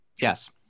Yes